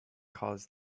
caused